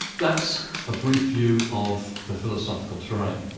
that's a brief view of the philosophical terrain.